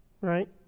right